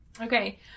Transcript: Okay